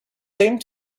same